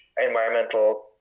environmental